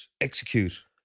execute